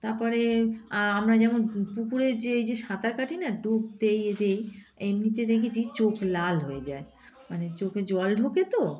তার পরে আমরা যেমন পুকুরে যে এই যে সাঁতার কাটি না ডুব দিই এ দিই এমনিতে দেখেছি চোখ লাল হয়ে যায় মানে চোখে জল ঢোকে তো